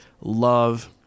love